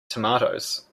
tomatoes